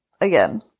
Again